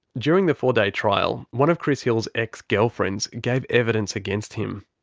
during the four day trial, one of chris hill's ex-girlfriends gave evidence against him.